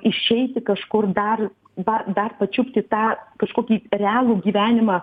išeiti kažkur dar va dar pačiupti tą kažkokį realų gyvenimą